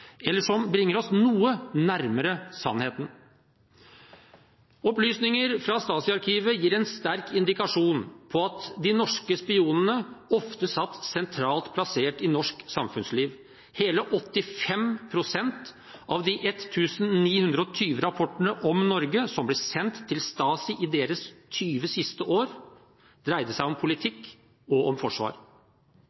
bringer oss noe nærmere sannheten. Opplysninger fra Stasi-arkivet gir en sterk indikasjon på at de norske spionene ofte satt sentralt plassert i norsk samfunnsliv. Hele 85 pst. av de 1 920 rapportene om Norge som ble sendt til Stasi i deres 20 siste år, dreide seg om